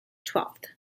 twelfth